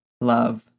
Love